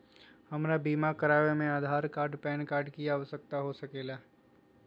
हमरा बीमा कराने में आधार कार्ड पैन कार्ड की आवश्यकता हो सके ला?